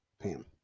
Pam